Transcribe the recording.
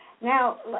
now